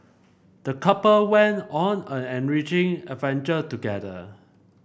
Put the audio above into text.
the couple went on an enriching adventure together